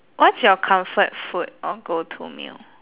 what's your comfort food or go to meal